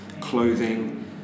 clothing